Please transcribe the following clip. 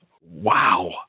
wow